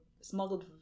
smuggled